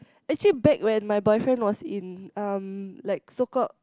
actually back when my boyfriend was in um like so called